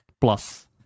plus